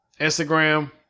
Instagram